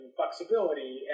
flexibility